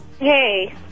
Hey